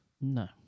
No